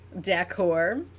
decor